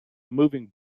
moving